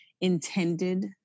intended